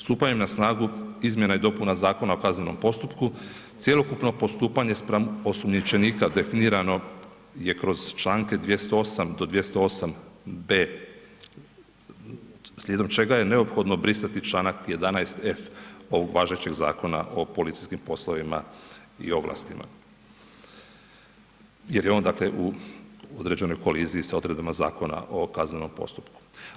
Stupanjem na snagu Izmjena i dopuna Zakona o kaznenom postupku cjelokupno postupanje spram osumnjičenika definirano je kroz Članke 208. do 208b. slijedom čega je neophodno brisati Članak 11f. ovog važećeg Zakona o policijskim poslovima i ovlastima jer je on dakle u određenoj koliziji sa odredbama Zakona o kaznenom postupku.